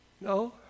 No